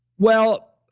well,